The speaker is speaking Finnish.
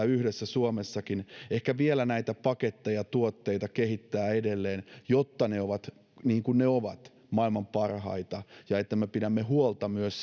yhdessä täällä suomessakin ehkä vielä näitä paketteja tuotteita kehittää edelleen jotta ne ovat niin kuin ne ovat maailman parhaita ja jotta me pidämme huolta myös